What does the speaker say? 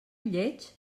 lleig